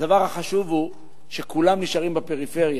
הדבר החשוב הוא שכולם נשארים בפריפריה.